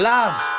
Love